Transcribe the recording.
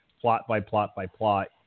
plot-by-plot-by-plot